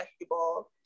basketball